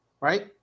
right